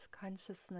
consciousness